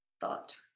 thought